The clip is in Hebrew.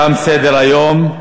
תם סדר-היום.